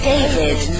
David